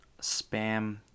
spam